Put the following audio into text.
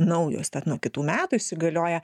naujos tad nuo kitų metų įsigalioja